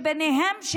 וביניהן,